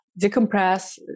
decompress